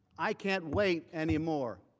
i can't wait anymore.